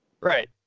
Right